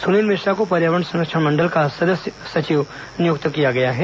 सुनील मिश्रा को पर्यावरण संरक्षण मंडल का सदस्य सचिव नियुक्त किया गया है